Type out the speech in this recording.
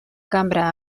cambra